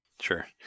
Sure